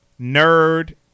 nerd